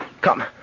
Come